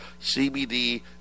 CBD